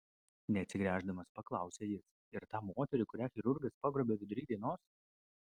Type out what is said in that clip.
neatsigręždamas paklausė jis ir tą moterį kurią chirurgas pagrobė vidury dienos